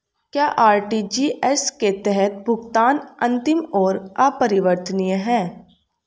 क्या आर.टी.जी.एस के तहत भुगतान अंतिम और अपरिवर्तनीय है?